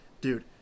Dude